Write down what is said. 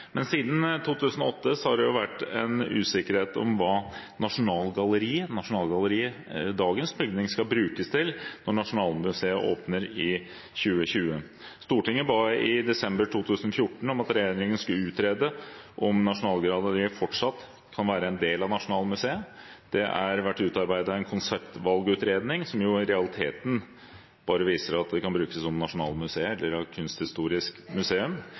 Siden 2008 har det vært usikkerhet om hva Nasjonalgalleriet, dagens bygning, skal brukes til når Nasjonalmuseet åpner i 2020. Stortinget ba i desember 2014 om at regjeringen skulle utrede om Nasjonalgalleriet fortsatt kan være en del av Nasjonalmuseet. Det har vært utarbeidet en konseptvalgutredning, som i realiteten bare viser at det kan brukes av Nasjonalmuseet eller av Kunsthistorisk museum.